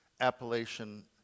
Appalachian